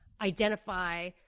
Identify